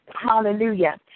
Hallelujah